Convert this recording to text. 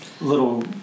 little